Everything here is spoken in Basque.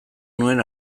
nuen